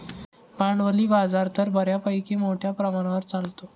भांडवली बाजार तर बऱ्यापैकी मोठ्या प्रमाणावर चालतो